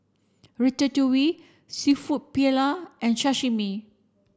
Ratatouille Seafood Paella and Sashimi